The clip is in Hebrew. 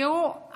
תראו,